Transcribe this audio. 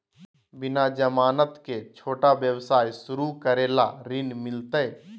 बिना जमानत के, छोटा व्यवसाय शुरू करे ला ऋण मिलतई?